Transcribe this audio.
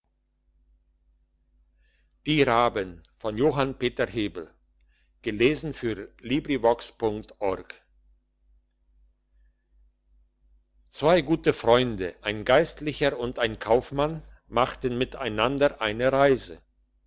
die raben zwei gute freunde ein geistlicher und ein kaufmann machten miteinander eine reise